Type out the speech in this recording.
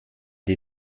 die